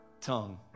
tongue